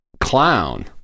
clown